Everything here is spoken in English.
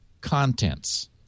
contents